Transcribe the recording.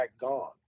gone